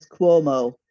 Cuomo